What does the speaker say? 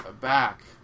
back